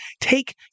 take